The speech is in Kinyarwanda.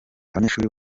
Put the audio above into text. abanyeshuri